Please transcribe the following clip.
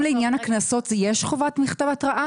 לעניין הקנסות יש חובת מכתב התראה?